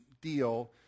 deal